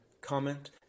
comment